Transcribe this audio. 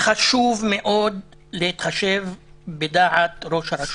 חשוב מאוד להתחשב בדעת ראש הרשות.